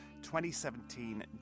2017